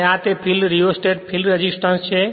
અને આ તે ફિલ્ડ રેઓસ્ટેટ ફિલ્ડ રેસિસ્ટન્સ છે